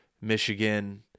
Michigan –